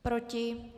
Proti?